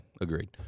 agreed